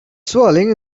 swirling